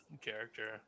character